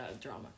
drama